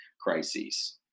crises